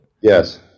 Yes